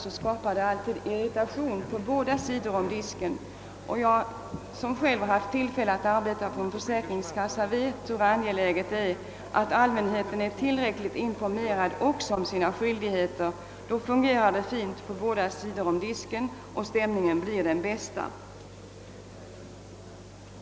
I annat fall skapas irritation på båda sidor om disken. Jag har själv haft tillfälle att arbeta på en försäkringskassa och vet hur angeläget det är att allmänheten är tillräckligt informerad också om sina skyldigheter. Då fungerar allt fint på båda sidor om disken och stämningen blir den bästa.